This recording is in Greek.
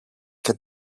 και